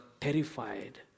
terrified